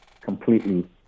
completely